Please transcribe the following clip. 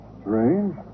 Strange